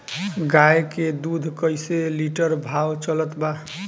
गाय के दूध कइसे लिटर भाव चलत बा?